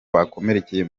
bakomerekeye